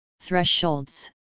Thresholds